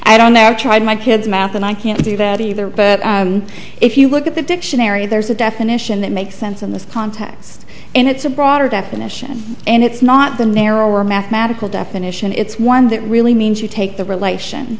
i don't never tried my kids math and i can't do that either if you look at the dictionary there's a definition that makes sense in this context and it's a broader definition and it's not the narrower mathematical definition it's one that really means you take the relation